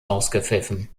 ausgepfiffen